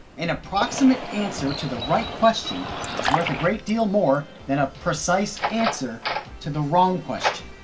an approximate answer to the right question is worth a great deal more than a precise answer to the wrong question.